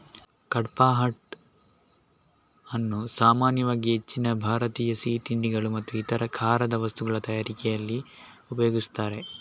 ಕಡ್ಪಾಹ್ನಟ್ ಅನ್ನು ಸಾಮಾನ್ಯವಾಗಿ ಹೆಚ್ಚಿನ ಭಾರತೀಯ ಸಿಹಿ ತಿಂಡಿಗಳು ಮತ್ತು ಇತರ ಖಾರದ ವಸ್ತುಗಳ ತಯಾರಿಕೆನಲ್ಲಿ ಉಪಯೋಗಿಸ್ತಾರೆ